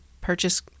purchase